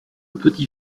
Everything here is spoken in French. petit